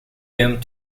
doomed